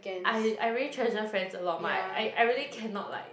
I I really treasure friends a lot mah I I really cannot like